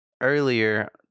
earlier